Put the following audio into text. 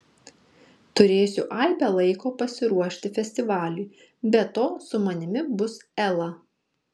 turėsiu aibę laiko pasiruošti festivaliui be to su manimi bus ela